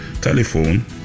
Telephone